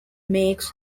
makes